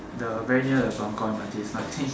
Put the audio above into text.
the very near the buangkok M_R_T there's nothing